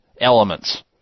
elements